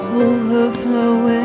overflowing